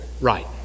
right